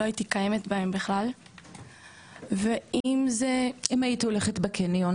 לא הייתי קיימת בהם בכלל ואם זה --- אם היית הולכת בקניון,